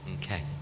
Okay